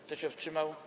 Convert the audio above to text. Kto się wstrzymał?